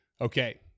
Okay